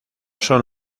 son